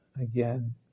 again